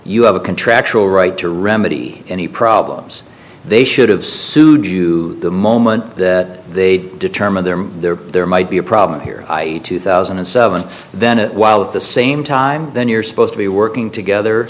you have a contractual right to remedy any problems they should have sued you the moment that they determined there there there might be a problem here two thousand and seven then it while at the same time then you're supposed to be working